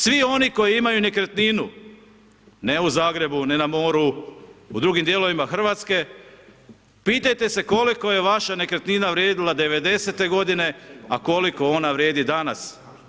Svi oni koji imaju nekretninu, ne u Zagrebu, ne na moru, u drugim dijelovima RH, pitajte se koliko je vaša nekretnina vrijedila 90.-te godine, a koliko ona vrijedi danas.